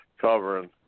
covering